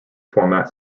format